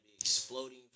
exploding